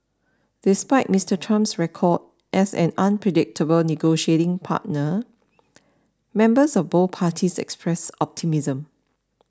despite Mister Trump's record as an unpredictable negotiating partner members of both parties expressed optimism